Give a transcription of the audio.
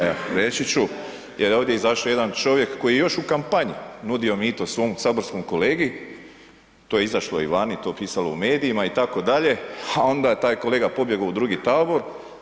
Evo reći ću jer je ovdje izašao jedan čovjek koji je još u kampanji nudio mito svom saborskom kolegi, to je izašlo i vani, to je pisalo u medijima itd., a onda je taj kolega pobjego u drugi tabor.